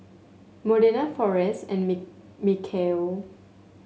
Modena Forrest and Michaele